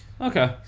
Okay